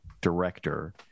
director